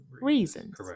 reasons